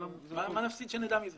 מה נפסיד שנדע מזה?